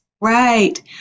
Right